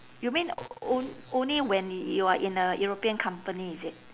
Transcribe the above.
you mean on~ only when you are in a european company is it